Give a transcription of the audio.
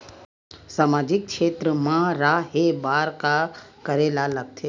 सामाजिक क्षेत्र मा रा हे बार का करे ला लग थे